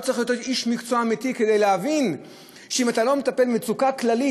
לא צריך להיות איש מקצוע אמיתי כדי להבין שאם אתה לא מטפל במצוקה כללית,